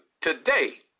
today